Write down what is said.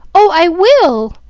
oh, i will!